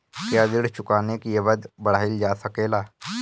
क्या ऋण चुकाने की अवधि बढ़ाईल जा सकेला?